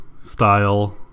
style